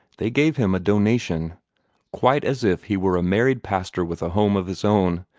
they gave him a donation quite as if he were a married pastor with a home of his own,